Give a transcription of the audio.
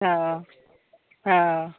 हँ हँ